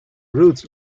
routes